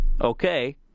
Okay